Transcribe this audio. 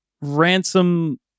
ransom